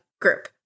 group